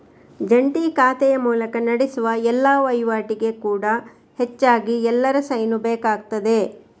ಜಂಟಿ ಖಾತೆಯ ಮೂಲಕ ನಡೆಸುವ ಎಲ್ಲಾ ವೈವಾಟಿಗೆ ಕೂಡಾ ಹೆಚ್ಚಾಗಿ ಎಲ್ಲರ ಸೈನು ಬೇಕಾಗ್ತದೆ